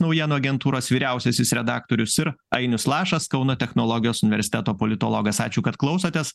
naujienų agentūros vyriausiasis redaktorius ir ainius lašas kauno technologijos universiteto politologas ačiū kad klausotės